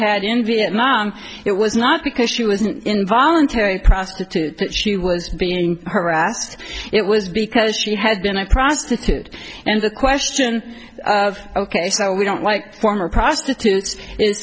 had in vietnam it was not because she was an involuntary prostitute that she was being harassed it was because she had been a prostitute and the question of ok so we don't like former prostitutes i